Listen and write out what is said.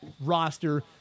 roster